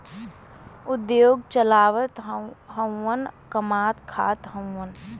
उद्योग चलावत हउवन कमात खात हउवन